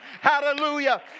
Hallelujah